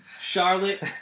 Charlotte